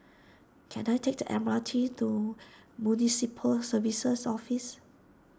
can I take the M R T to Municipal Services Office